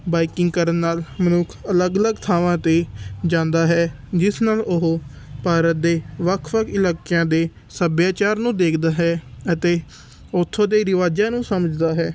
biking ਕਰਨ ਨਾਲ ਮਨੁੱਖ ਅਲੱਗ ਅਲੱਗ ਥਾਵਾਂ 'ਤੇ ਜਾਂਦਾ ਹੈ ਜਿਸ ਨਾਲ ਉਹ ਭਾਰਤ ਦੇ ਵੱਖ ਵੱਖ ਇਲਾਕਿਆਂ ਦੇ ਸਭਿਆਚਾਰ ਨੂੰ ਦੇਖਦਾ ਹੈ ਅਤੇ ਉੱਥੋਂ ਦੇ ਰਿਵਾਜ਼ਾਂ ਨੂੰ ਸਮਝਦਾ ਹੈ